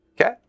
Okay